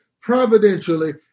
providentially